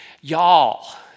y'all